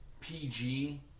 PG